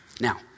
Now